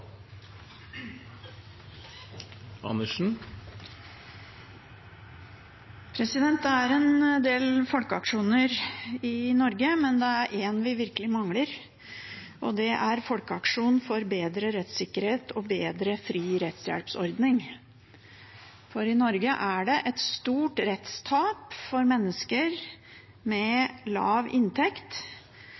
en del folkeaksjoner i Norge, men det er én vi virkelig mangler, og det er folkeaksjonen for bedre rettssikkerhet og bedre fri rettshjelpsordning. For i Norge er det et stort rettstap for mennesker med lav inntekt,